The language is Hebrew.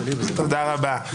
תודה רבה.